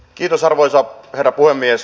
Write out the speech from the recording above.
arvoisa herra puhemies